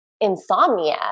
insomnia